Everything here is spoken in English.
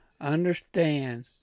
Understand